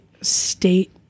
state